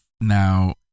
Now